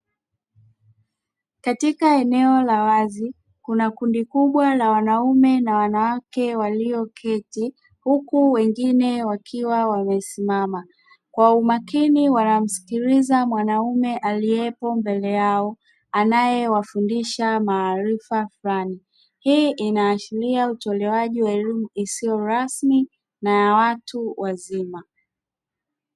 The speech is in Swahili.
Katika eneo la wazi kuna kundi kubwa la wanaume na wanawake walioketi huku wengine wakiwa wamesimama, kwa umakini wanamsikiliza mwanaume aliyepo mbele yao anayewafundisha maarifa fulani. Hii inaashiria utolewaji wa elimu isiyo rasmi na ya watu wazima.